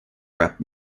rap